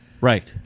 Right